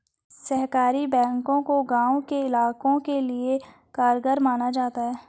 सहकारी बैंकों को गांव के इलाकों के लिये कारगर माना जाता है